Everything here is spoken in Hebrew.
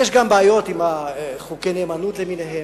יש גם בעיות עם חוקי הנאמנות למיניהם,